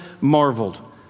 marveled